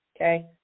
Okay